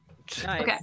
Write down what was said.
Okay